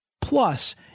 Plus